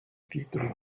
titoli